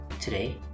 Today